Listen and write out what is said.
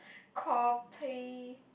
copy